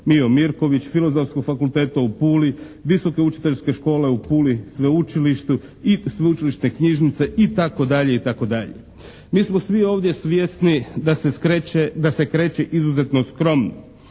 Mijo Mirković, Filozofskog fakulteta u Puli, Visoke učiteljske škole u Puli, Sveučilištu i Sveučilišne knjižnice, itd. Mi smo svi ovdje svjesni da se kreće izuzetno skromno.